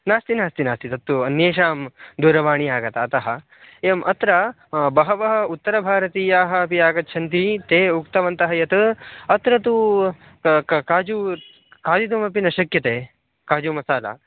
नास्ति नास्ति नास्ति तत्तु अन्येषां दूरवाणी आगता अतः एवम् अत्र बहवः उत्तरभारतीयाः अपि आगच्छन्ति ते उक्तवन्तः यत् अत्र तु कः कः काजु खादितुमपि न शक्यते काजुमसाला